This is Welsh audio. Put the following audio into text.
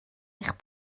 eich